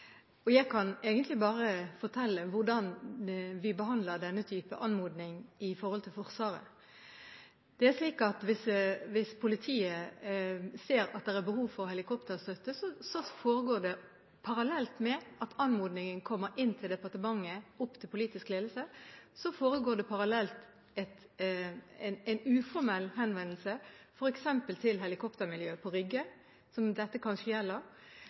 Jeg kan egentlig bare fortelle hvordan vi behandler denne type anmodning i Forsvaret. Det er slik at hvis politiet ser at det er behov for helikopterstøtte, går det – parallelt med at anmodningen kommer inn til departementet, til politisk ledelse – en uformell henvendelse, f.eks. til helikoptermiljøet på Rygge, som dette kanskje gjelder, og så setter man i gang og vet at man kan